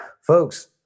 Folks